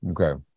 Okay